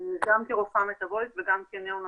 גם כרופאה מטבולית וגם כנאונטולוגית,